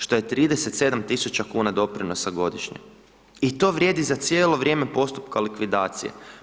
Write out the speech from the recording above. Što je 37 tisuća kuna doprinosa godišnje i to vrijedi za cijelo vrijeme postupka likvidacije.